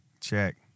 Check